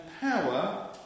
power